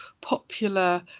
popular